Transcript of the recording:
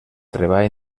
treball